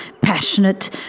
passionate